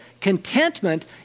contentment